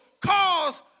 cause